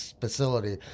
facility